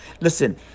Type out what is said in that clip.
listen